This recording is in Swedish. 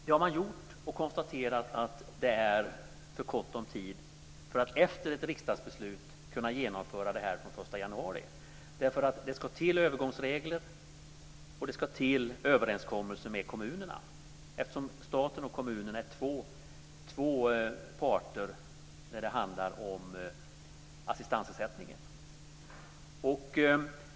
Det har man gjort och konstaterar att det är för kort om tid för att efter ett riksdagsbeslut kunna genomföra det här från den 1 januari, därför att det ska till övergångsregler och överenskommelser med kommunerna, eftersom staten och kommunerna är två parter när det handlar om assistansersättningen.